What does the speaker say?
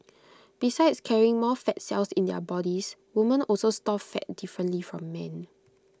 besides carrying more fat cells in their bodies women also store fat differently from men